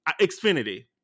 Xfinity